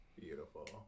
Beautiful